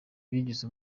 bigize